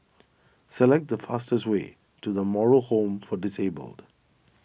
select the fastest way to the Moral Home for Disabled